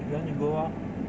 if you want you go lor